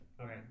Okay